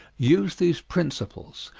use these principles,